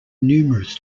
numerous